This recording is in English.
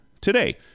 today